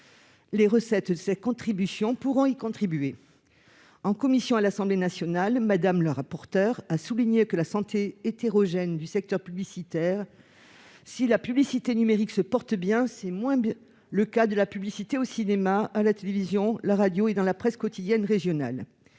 Le produit de cette contribution pourra être utilisé à cette fin. En commission à l'Assemblée nationale, la rapporteure a souligné la santé hétérogène du secteur publicitaire : si la publicité numérique se porte bien, c'est moins le cas de la publicité au cinéma, à la télévision, à la radio et dans la presse quotidienne régionale.